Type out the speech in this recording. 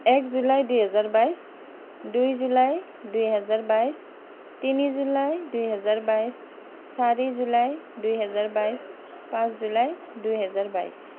এক জুলাই দুহেজাৰ বাইছ দুই জুলাই দুহেজাৰ বাইছ তিনি জুলাই দুহেজাৰ বাইছ চাৰি জুলাই দুহেজাৰ বাইছ পাঁচ জুলাই দুহেজাৰ বাইছ